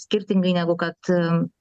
skirtingai negu kad